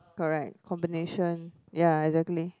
correct combination ya exactly